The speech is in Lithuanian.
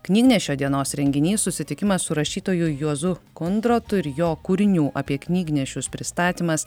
knygnešio dienos renginys susitikimas su rašytoju juozu kundrotu ir jo kūrinių apie knygnešius pristatymas